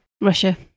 Russia